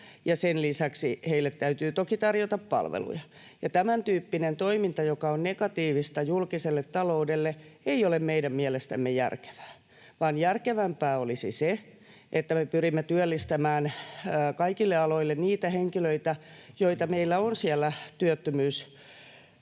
sen lisäksi heille täytyy toki tarjota palveluja. Ja tämäntyyppinen toiminta, joka on negatiivista julkiselle taloudelle, ei ole meidän mielestämme järkevää, vaan järkevämpää olisi se, että me pyrimme työllistämään kaikille aloille niitä henkilöitä, joita meillä on siellä työttömyyskortistoissa.